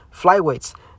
flyweights